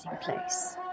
place